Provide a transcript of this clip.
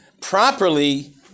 properly